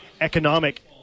economic